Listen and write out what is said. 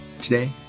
Today